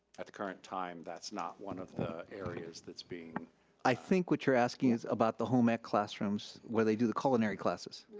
at the current time that's not one of the areas that's being i think what you're asking is about the home ec classrooms where they do the culinary classes.